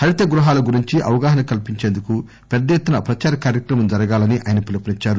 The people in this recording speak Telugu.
హరిత గృహాల గురించి అవగాహన కల్పించేందుకు పెద్ద ఎత్తున ప్రచార కార్యక్రమం జరగాలని ఆయన పిలుపునిచ్చారు